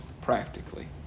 practically